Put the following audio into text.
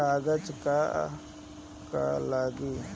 कागज का का लागी?